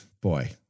boy